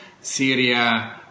Syria